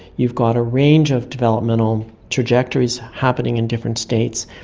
you've got a range of developmental trajectories happening in different states,